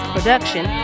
Production